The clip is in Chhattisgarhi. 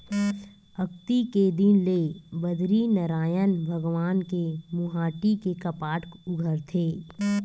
अक्ती के दिन ले बदरीनरायन भगवान के मुहाटी के कपाट उघरथे